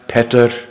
Peter